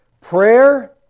prayer